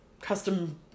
custom